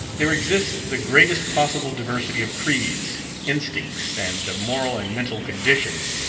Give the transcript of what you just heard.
there exists the greatest possible diversity of creeds, instincts, and of moral and mental conditions,